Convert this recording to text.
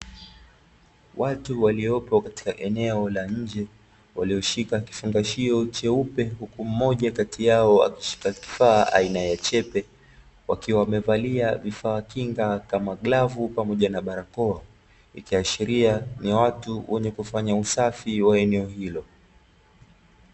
Watu waliopo katika eneo la nje walioshika kifungashio cheupe, huku mmoja kati yao akishika kifaa aina ya chepe wakiwa wamevalia vifaa kinga kama glavu pamoja na barakoa ikiashiria ni watu wenye kufanya usafi wa eneo hilo.